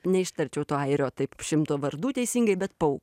neištarčiau to airio taip šimto vardų teisingai bet pou